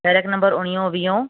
barrack number उणिवीहो वीहो